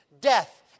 death